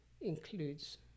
includes